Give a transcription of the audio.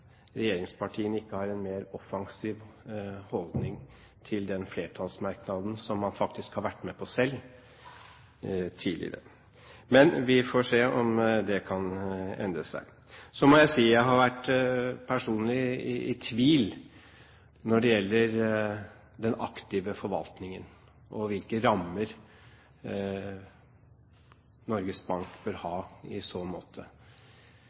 regjeringspartiene ikke har en mer offensiv holdning til den flertallsmerknaden som man faktisk har vært med på selv tidligere. Men vi får se om det kan endre seg. Så må jeg si at jeg personlig har vært i tvil når det gjelder den aktive forvaltningen og hvilke rammer Norges Bank bør ha i så måte.